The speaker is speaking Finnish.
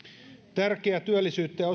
tärkeä työllisyyttä ja